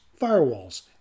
firewalls